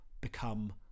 become